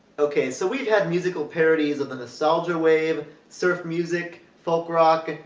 okay, so we've had musical parodies of the nostalgia wave, surf music, folk rock,